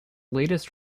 latest